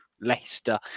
Leicester